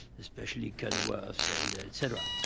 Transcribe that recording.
especially code words and et cetera.